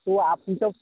তো আপনি তো